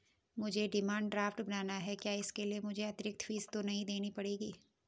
मुझे demand draft बनाना है क्या इसके लिए मुझे अतिरिक्त फीस तो नहीं देनी पड़ेगी?